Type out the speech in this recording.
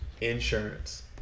insurance